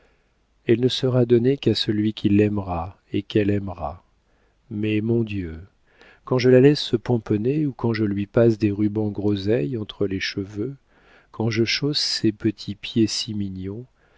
elle ne sera donnée qu'à celui qui l'aimera et qu'elle aimera mais mon dieu quand je la laisse se pomponner ou quand je lui passe des rubans groseille entre les cheveux quand je chausse ses petits pieds si mignons